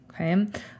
Okay